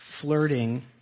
flirting